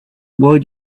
why